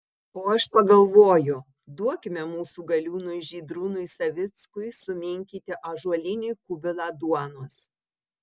o aš pagalvoju duokime mūsų galiūnui žydrūnui savickui suminkyti ąžuolinį kubilą duonos